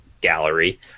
gallery